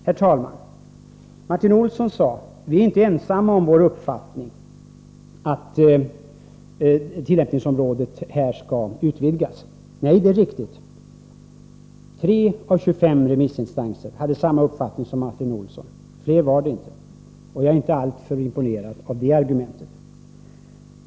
Herr talman! Martin Olsson sade att han inte är ensam om sin uppfattning att tillämpningsområdet här skall utvidgas. Nej, det är riktigt. 3 av 25 remissinstanser har samma uppfattning som Martin Olsson. Flera var det inte. Jag är inte alltför imponerad av det argumentet.